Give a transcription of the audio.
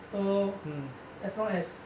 so as long as